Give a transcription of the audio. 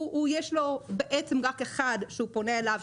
יש לו בעצם רק אחד שהוא פונה אליו,